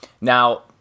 now